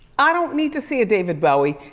i don't need to see a david bowie.